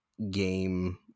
game